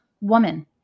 woman